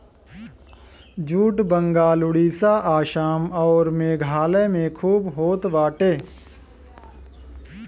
jute Bengal Orissa Assam अउर मेघालय में खूब होत बाटे